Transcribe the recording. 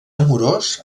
amorós